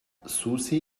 susi